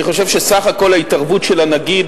אני חושב שבסך הכול ההתערבות של הנגיד